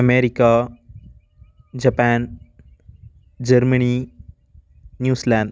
America Japan Germany New Zealand